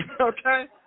Okay